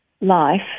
life